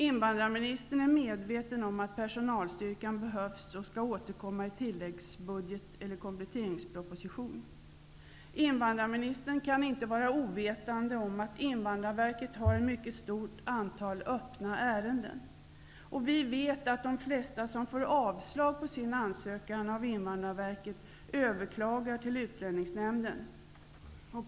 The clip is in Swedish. In vandrarministern är medveten om att personal styrkan behövs och skall återkomma i tilläggsbud get eller kompletteringspropositionen. Invandrarministern kan inte vara ovetande om att Invandrarverket har ett mycket stort antal öppna ärenden. Vi vet att de flesta som får avslag på sin ansökan av Invandrarverket överklagar till Utlänningsnämnden.